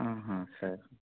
ఆహా సరే